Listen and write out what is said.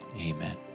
Amen